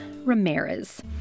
Ramirez